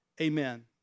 amen